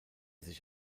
sich